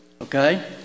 Okay